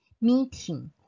Meeting